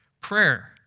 prayer